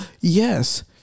yes